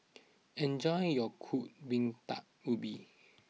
enjoy your Kuih Bingka Ubi